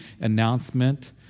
announcement